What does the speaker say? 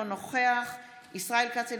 אינו נוכח ישראל כץ,